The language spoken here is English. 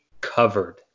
covered